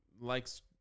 likes